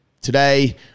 Today